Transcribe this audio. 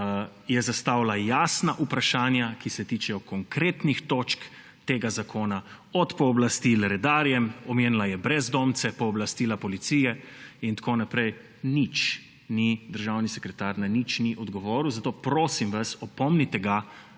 je zastavila jasna vprašanja, ki se tičejo konkretnih točk tega zakona, od pooblastil redarjem, omenila je brezdomce, pooblastila policije in tako naprej. Državni sekretar ni na nič odgovoril. Zato prosim vas, opomnite ga,